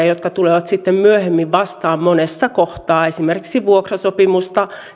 jotka tulevat sitten myöhemmin vastaan monessa kohtaa esimerkiksi vuokrasopimusta